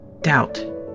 Doubt